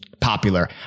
popular